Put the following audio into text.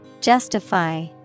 Justify